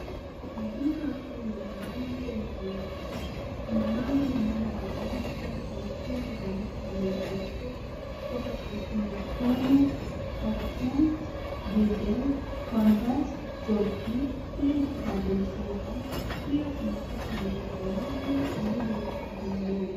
Kwenye duka kuu la mauzo la Manix , kuna bango linaloonyesha sampuli za vitu vinavyouzwa kutoka kampuni ya Polo, CotchKent, Digel, Converse, Jockey, Deet na Vincezo . Pia kuna suti zinazouzwa zilizoekwa kwenye midoli .